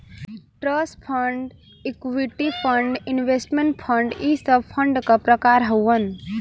trust fund equity fund investment fund इ सब fund क प्रकार हउवन